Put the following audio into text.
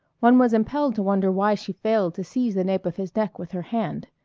one was impelled to wonder why she failed to seize the nape of his neck with her hand.